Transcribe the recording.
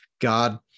God